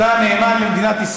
הכול ברוח מגילת העצמאות.